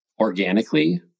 organically